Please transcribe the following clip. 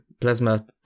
Plasma